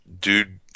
dude